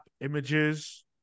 images